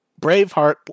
Braveheart